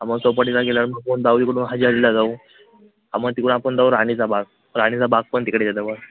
आपण चौपाटीला गेल्यानंतर आपण डावीकडून हाजी आलीला जाऊ आं मग तिकडून आपण जाऊ राणीचा बाग राणीचा बाग पण तिकडे आहे जवळ